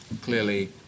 clearly